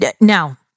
Now